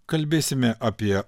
kalbėsime apie